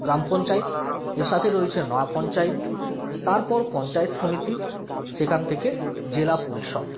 গ্রাম পঞ্চায়েত এর সাথে রয়েছে নয়া পঞ্চায়েত তারপর পঞ্চায়েত সমিতি সেখান থেকে জেলা পরিষদ